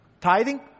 Tithing